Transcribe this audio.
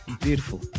Beautiful